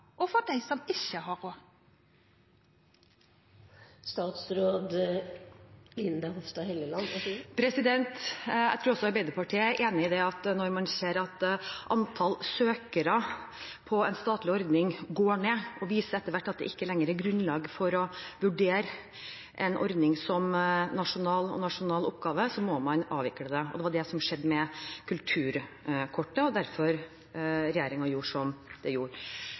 som ikke har råd? Jeg tror også Arbeiderpartiet er enig i at når man ser at antall søkere til en statlig ordning går ned, og det etter hvert viser seg at det ikke lenger er grunnlag for å vurdere ordningen som en nasjonal oppgave, må man avvikle den. Det var det som skjedde med kulturkortet, og det var derfor regjeringen gjorde som den gjorde.